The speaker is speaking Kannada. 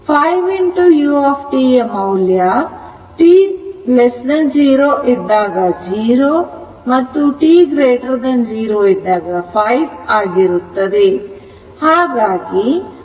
5 u ಮೌಲ್ಯ t0 ಇದ್ದಾಗ 0 ಮತ್ತು t0 ಇದ್ದಾಗ 5 ಆಗಿರುತ್ತದೆ